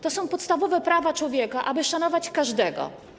To są podstawowe prawa człowieka, aby szanować każdego.